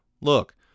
Look